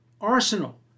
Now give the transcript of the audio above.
arsenal